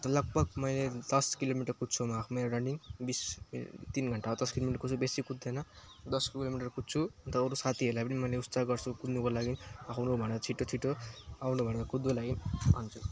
लगभग मैले दस किलोमिटर कुद्छु म आफ्नो यो रनिङ बिस तिन घन्टाको दस किलोमिटर कुद्छु बेसी कुद्दिनँ दस किलोमिटर कुद्छु अनि त अरू साथीहरूलाई पनि मैले उत्साह गर्छु कुद्नुको लागि आउनु भनेर छिटो छिटो आउनु भनेर कुद्नुको लागि भन्छु